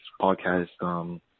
podcast